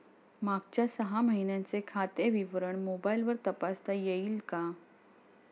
मागच्या सहा महिन्यांचे खाते विवरण मोबाइलवर तपासता येईल का?